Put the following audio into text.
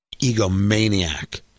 Egomaniac